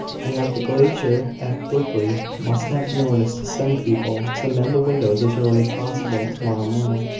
and that the glazier at blickley must have notice to send people to mend the windows as early as possible to-morrow morning,